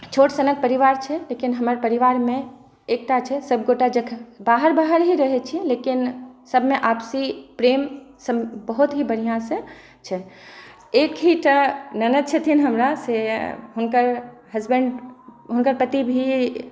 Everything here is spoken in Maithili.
छोट सनक परिवार छै लेकिन हमर परिवारमे एकटा छै सब गोटा जखन बाहर बाहर ही रहै छी लेकिन सबमे आपसी प्रेम बहुत ही बढ़िऑं से छै एक ही टा ननद छथिन हमरा से हुनकर हसबेंड हुनकर पति भी